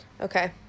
okay